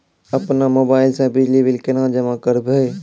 अपनो मोबाइल से बिजली बिल केना जमा करभै?